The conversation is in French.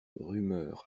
rumeur